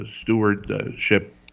stewardship